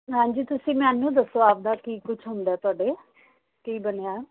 ਹਾਂਜੀ ਤੁਸੀਂ ਮੈਨੂੰ ਦੱਸੋ ਆਪਦਾ ਕੀ ਕੁਛ ਹੁੰਦਾ ਤੁਹਾਡੇ ਕੀ ਬਣਿਆ